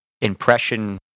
impression